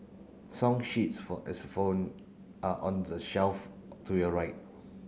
song sheets for are on the shelf to your right